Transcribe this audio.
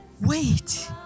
Wait